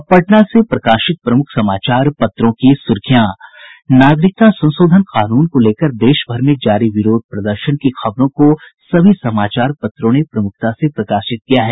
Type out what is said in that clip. अब पटना से प्रकाशित प्रमुख समाचार पत्रों की सुर्खियां नागरिकता संशोधन कानून को लेकर देश भर में जारी विरोध प्रदर्शन की खबर को सभी समाचार पत्रों ने प्रमुखता से प्रकाशित किया है